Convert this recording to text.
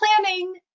planning